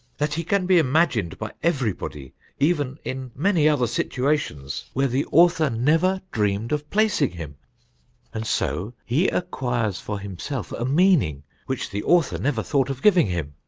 that he can be imagined by everybody even in many other situa tions where the author never dreamed of placing him and so he acquires for himself a meaning which the author never thought of giving him.